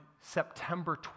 September